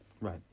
Right